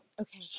Okay